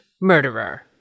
murderer